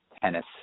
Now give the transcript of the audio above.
tennis